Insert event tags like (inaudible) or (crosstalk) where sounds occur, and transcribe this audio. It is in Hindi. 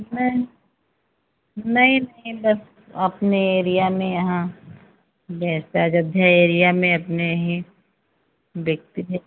नहीं नहीं नहीं (unintelligible) अपने एरिया में यहाँ भेसा जो धेरिया में अपने ही देखती हैं